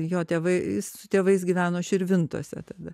jo tėvai jis su tėvais gyveno širvintose tada